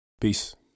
Peace